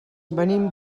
venim